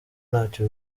ntacyo